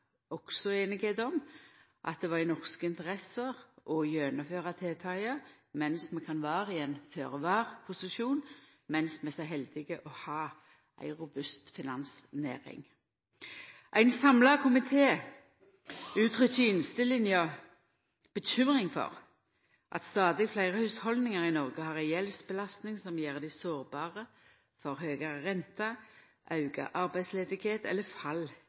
også semje om at det var i norsk interesse å gjennomføra tiltaka mens vi er i ein føre-var-posisjon og er så heldige å ha ei robust finansnæring. Ein samla komité uttrykkjer i innstillinga bekymring for at stadig fleire hushald i Noreg har ei gjeldsbelastning som gjer dei sårbare for høgare rente, auka arbeidsløyse eller fall